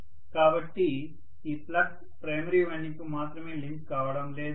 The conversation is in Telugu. కాబట్టి ఈ ఫ్లక్స్ ప్రైమరీ వైండింగ్కు మాత్రమే లింక్ కావడం లేదు